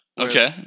Okay